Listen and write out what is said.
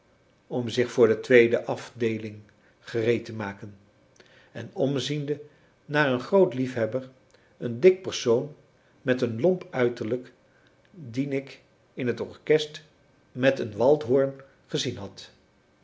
om zich voor de tweede afdeeling gereed te maken en omziende naar een groot liefhebber een dik persoon met een lomp uiterlijk dien ik in t orkest met een waldhoren gezien had